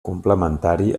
complementari